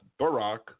Barack